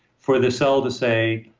for the cell to say,